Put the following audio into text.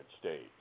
States